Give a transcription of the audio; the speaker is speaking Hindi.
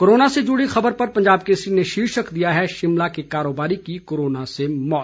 कोरोना से जूड़ी खबर पर पंजाब केसरी ने शीर्षक दिया है शिमला के कारोबारी की कोरोना से मौत